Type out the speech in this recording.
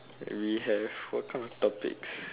we have what kind of topics